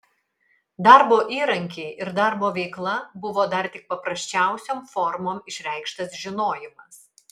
darbo įrankiai ir darbo veikla buvo dar tik paprasčiausiom formom išreikštas žinojimas